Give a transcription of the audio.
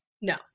No